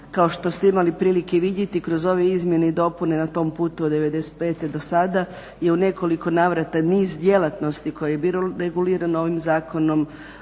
kao što ste imali prilike i vidjeti kroz ove izmjene i dopune na tom putu od '95. do sada je u nekoliko navrata niz djelatnosti koje je regulirano ovom zakonom